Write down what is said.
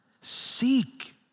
Seek